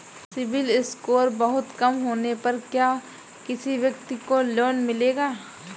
CIBIL score बहुत कम होने पर क्या किसी व्यक्ति को लोंन मिलेगा?